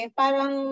parang